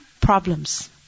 problems